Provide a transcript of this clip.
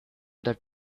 that